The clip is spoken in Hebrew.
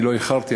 לא איחרתי,